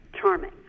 charming